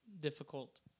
difficult